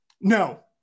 No